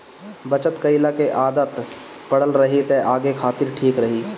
बचत कईला के आदत पड़ल रही त आगे खातिर ठीक रही